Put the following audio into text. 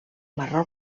marró